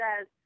says